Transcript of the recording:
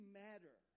matter